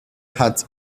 hat